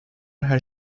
her